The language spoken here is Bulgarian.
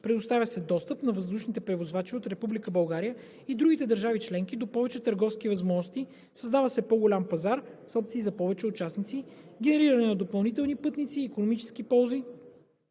Предоставя се достъп на въздушните превозвачи от Република България и другите държави членки до повече търговски възможности, създава се по-голям пазар с опции за повече участници, генериране на допълнителни пътници и икономически ползи